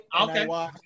okay